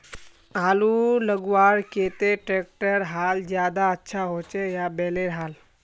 आलूर लगवार केते ट्रैक्टरेर हाल ज्यादा अच्छा होचे या बैलेर हाल?